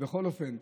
בכל אופן,